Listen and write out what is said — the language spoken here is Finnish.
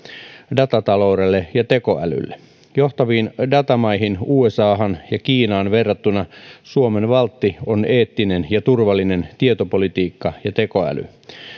datataloudelle ja tekoälylle johtaviin datamaihin usahan ja kiinaan verrattuna suomen valtti on eettinen ja turvallinen tietopolitiikka ja tekoäly